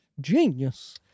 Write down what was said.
Genius